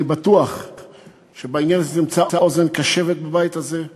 אני בטוח שבעניין הזה תמצא אוזן קשבת בבית הזה,